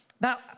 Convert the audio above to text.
Now